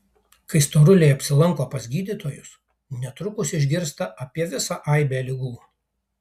kai storuliai apsilanko pas gydytojus netrukus išgirsta apie visą aibę ligų